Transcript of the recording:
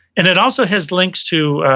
and it also has links to,